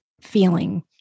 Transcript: feeling